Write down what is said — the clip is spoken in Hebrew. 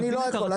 אני לא יכול.